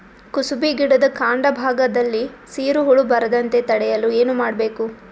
ಕುಸುಬಿ ಗಿಡದ ಕಾಂಡ ಭಾಗದಲ್ಲಿ ಸೀರು ಹುಳು ಬರದಂತೆ ತಡೆಯಲು ಏನ್ ಮಾಡಬೇಕು?